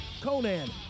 Conan